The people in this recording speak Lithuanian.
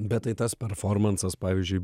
bet tai tas performansas pavyzdžiui